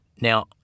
Now